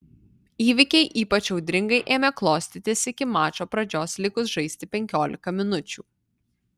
įvykiai ypač audringai ėmė klostytis iki mačo pradžios likus žaisti penkiolika minučių